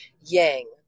yang